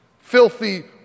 filthy